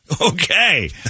Okay